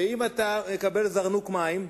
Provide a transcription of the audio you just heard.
ואם אתה מקבל זרנוק מים,